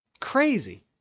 crazy